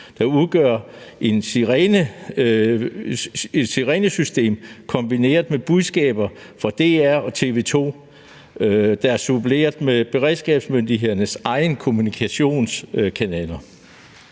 der udgøres af et sirenesystem kombineret med budskaber fra DR og TV 2, der er suppleret med beredskabsmyndighedernes egne kommunikationskanaler.